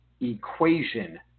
equation